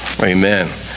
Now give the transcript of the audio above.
Amen